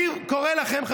אני קורא לכם,